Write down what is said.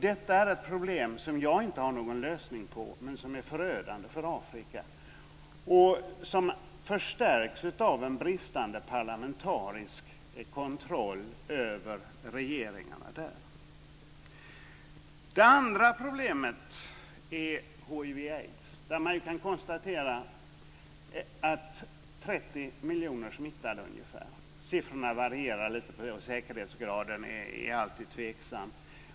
Detta är ett problem som jag inte har någon lösning på, men som är förödande för Afrika och som förstärks av en bristande parlamentarisk kontroll över regeringarna där. Det andra problemet är hiv/aids. Det finns alltså ca 30 miljoner människor som är smittade - siffrorna varierar lite, säkerhetsgraden är alltid tveksam.